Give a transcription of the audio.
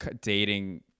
dating